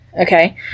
Okay